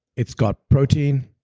it's got protein,